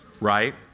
Right